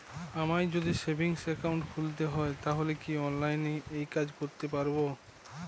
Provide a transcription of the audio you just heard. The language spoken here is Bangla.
আমায় যদি সেভিংস অ্যাকাউন্ট খুলতে হয় তাহলে কি অনলাইনে এই কাজ করতে পারবো?